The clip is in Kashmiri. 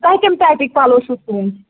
تۄہہِ کَمہِ ٹایپِٕکۍ پَلو چھُو سُوٕنۍ